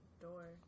door